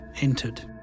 entered